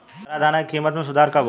चारा दाना के किमत में सुधार कब होखे?